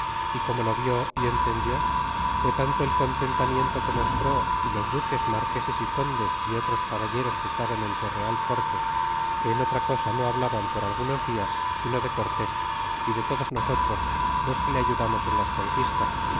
y como lo vi y entendió fué tanto el contentamiento que mostró y los duques marqueses y condes y otros caballeros que estaban en su real corte que en otra cosa no hablaban por algunos dias sino de cortés y de todos nosotros los que le ayudamos en las conquistas